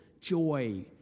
joy